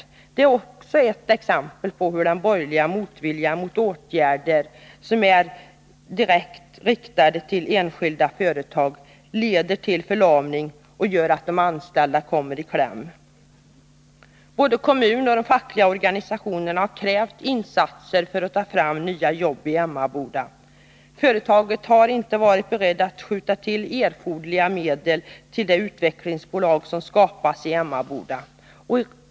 Detta är också ett exempel på hur den borgerliga motviljan mot åtgärder som är direkt riktade till enskilda företag leder till förlamning och gör att de anställda kommer i kläm. Både kommunen och de fackliga organisationerna har krävt insatser för att ta fram nya jobb i Emmaboda. Företaget har inte varit berett att skjuta till erforderliga medel till det utvecklingsbolag som skapats i Emmaboda.